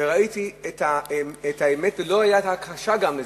וראיתי את האמת, ולא היתה גם הכחשה לזה,